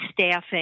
staffing